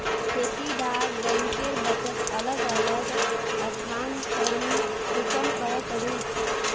खेती डा बैंकेर बचत अलग अलग स्थानंतरण कुंसम करे करूम?